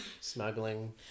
smuggling